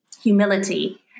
humility